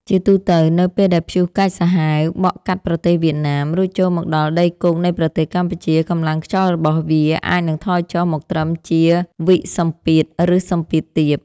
ជាទូទៅ នៅពេលដែលព្យុះកាចសាហាវបក់កាត់ប្រទេសវៀតណាម រួចចូលមកដល់ដីគោកនៃប្រទេសកម្ពុជា កម្លាំងខ្យល់របស់វាអាចនឹងថយចុះមកត្រឹមជាវិសម្ពាធ ឬសម្ពាធទាប។